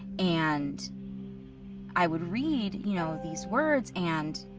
and i would read, you know, these words, and